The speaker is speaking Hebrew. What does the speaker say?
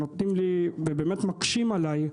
ובאמת מקשים עליי,